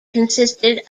consisted